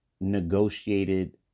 negotiated